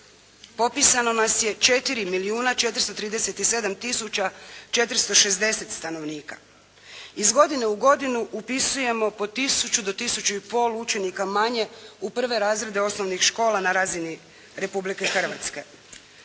milijuna 437 tisuća 460 stanovnika. Iz godine u godinu upisujemo po tisuću do tisuću i pol učenika manje u prve razrede osnovnih škola na razini Republike Hrvatske.